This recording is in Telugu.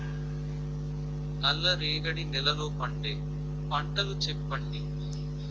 నల్ల రేగడి నెలలో పండే పంటలు చెప్పండి?